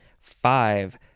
Five